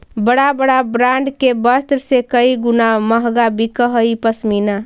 बड़ा बड़ा ब्राण्ड के वस्त्र से कई गुणा महँगा बिकऽ हई पशमीना